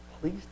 please